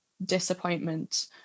disappointment